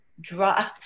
draw